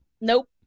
Nope